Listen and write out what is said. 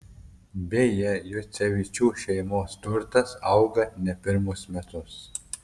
beje juocevičių šeimos turtas auga ne pirmus metus